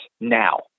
now